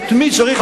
את מי צריך לסבסד.